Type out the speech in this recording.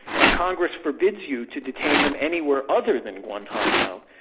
and congress forbids you to detain them anywhere other than guantanamo,